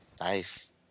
Nice